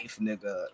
nigga